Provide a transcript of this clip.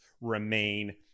remain